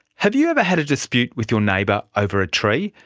have you ever had a dispute with your neighbour over a tree?